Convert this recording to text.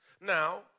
Now